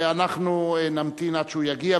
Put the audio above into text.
ואנחנו נמתין עד שהוא יגיע,